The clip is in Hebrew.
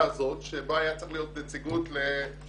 הזאת בה הייתה צריכה להיות נציגות למשתמשים,